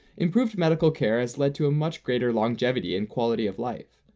improved medical care has led to a much greater longevity and quality of life.